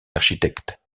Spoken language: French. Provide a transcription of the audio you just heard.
architectes